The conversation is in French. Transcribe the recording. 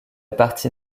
partie